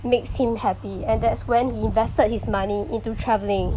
makes him happy and that's when he invested his money into traveling